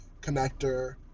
connector